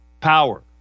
power